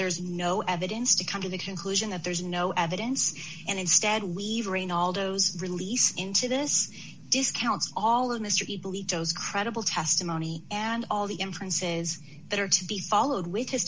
there's no evidence to come to the conclusion that there's no evidence and instead leave rain all those released into this discounts all of mr bill ito's credible testimony and all the inferences that are to be followed with his